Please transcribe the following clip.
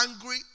angry